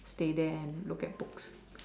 stay there and look at books